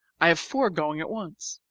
i have four going at once.